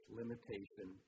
limitation